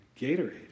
Gatorade